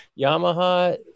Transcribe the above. yamaha